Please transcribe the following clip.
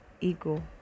ego